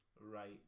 right